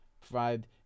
provide